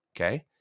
Okay